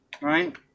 right